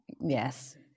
Yes